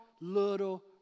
little